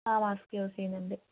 അ mask use ചെയ്യുന്നുണ്ട്